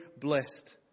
blessed